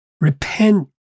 Repent